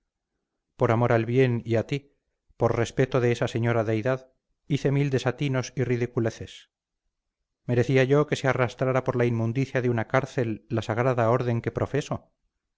por amor al bien y a ti por respeto de esa señora deidad hice mil desatinos y ridiculeces merecía yo que se arrastrara por la inmundicia de una cárcel la sagrada orden que profeso